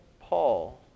Paul